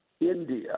India